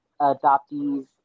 adoptees